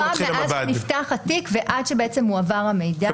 מאז שנפתח התיק ועד שמועבר המידע.